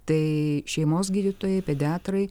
tai šeimos gydytojai pediatrai